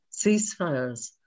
ceasefires